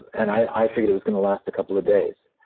and i figured it was going to last a couple of days,